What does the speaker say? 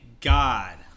God